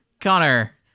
Connor